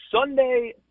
Sunday